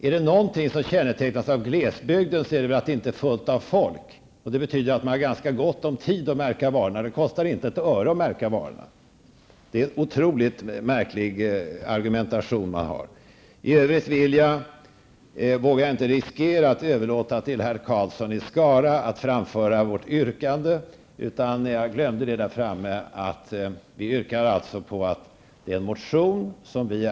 Är det någonting som kännetecknar glesbygden är det väl att där inte är fullt med folk. Det betyder att man har ganska gott om tid att märka varorna -- det kostar då inte ett öre att märka varorna. Det är en otroligt märklig argumentation man för. Jag vågar inte överlåta till herr Karlsson i Skara att framföra vårt yrkande; jag glömde det när jag höll mitt anförande.